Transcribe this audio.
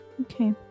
Okay